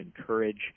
encourage